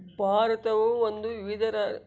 ಭಾರತವು ಒಂದು ವಿವಿಧ ರ